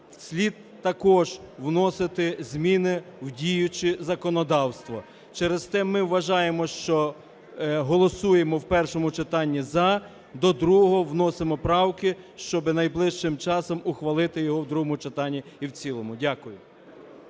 слід також вносити зміни в діюче законодавство. Через те ми вважаємо, що голосуємо в першому читанні "за", до другого – вносимо правки, щоб найближчим часом ухвалити його в другому читанні і в цілому. Дякую.